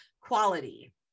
quality